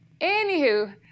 Anywho